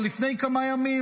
או לפני כמה ימים,